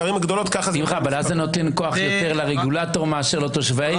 זה נותן יותר כוח לרגולטור מאשר לתושבי העיר.